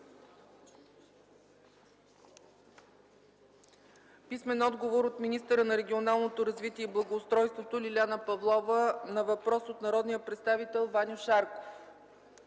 Иванов; - министъра на регионалното развитие и благоустройството Лиляна Павлова на въпрос от народния представител Ваньо Шарков;